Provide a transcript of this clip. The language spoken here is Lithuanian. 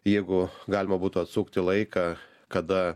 jeigu galima būtų atsukti laiką kada